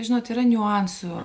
žinot yra niuansų